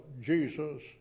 Jesus